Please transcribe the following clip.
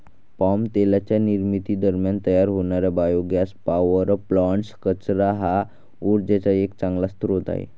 palm तेलाच्या निर्मिती दरम्यान तयार होणारे बायोगॅस पॉवर प्लांट्स, कचरा हा उर्जेचा एक चांगला स्रोत आहे